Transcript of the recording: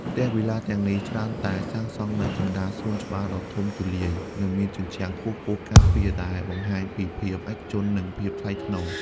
ផ្ទះវីឡាទាំងនេះច្រើនតែសាងសង់នៅកណ្តាលសួនច្បារដ៏ធំទូលាយ និងមានជញ្ជាំងខ្ពស់ៗការពារ ដែលបង្ហាញពីភាពឯកជន និងភាពថ្លៃថ្នូរ។